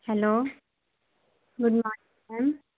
hello good morning ma'am